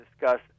discuss